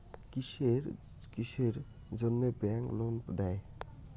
কিসের কিসের জন্যে ব্যাংক লোন দেয়?